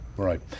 Right